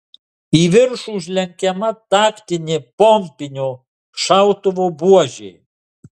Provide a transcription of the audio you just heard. į viršų užlenkiama taktinė pompinio šautuvo buožė